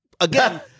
again